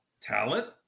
talent